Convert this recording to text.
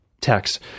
text